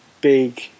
big